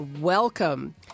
welcome